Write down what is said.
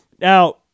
Now